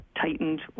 tightened